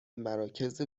مراکز